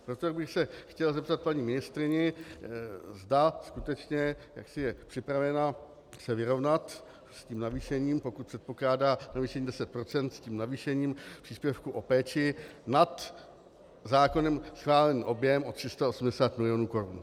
Proto bych se chtěl zeptat paní ministryně, zda skutečně je připravena se vyrovnat s tím navýšením, pokud předpokládá navýšení 10 %, s tím navýšením příspěvku na péči nad zákonem schválený objem o 380 milionů korun.